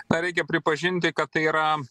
na reikia pripažinti kad tai yra